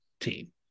team